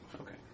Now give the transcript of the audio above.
Okay